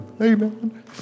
amen